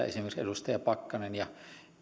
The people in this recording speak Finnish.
esimerkiksi edustaja pakkanen ja